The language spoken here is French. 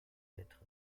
être